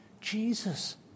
Jesus